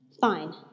Fine